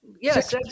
yes